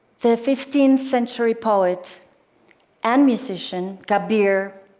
the fifteenth century poet and musician kabir